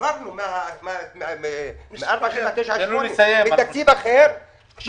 העברנו מהחלטה 4978. מתקציב אחר.